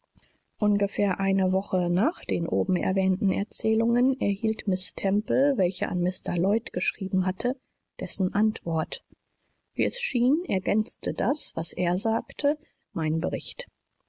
ungefähr eine woche nach den oben erwähnten erzählungen erhielt miß temple welche an mr lloyd geschrieben hatte dessen antwort wie es schien ergänzte das was er sagte meinen bericht